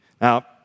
Now